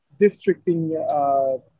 districting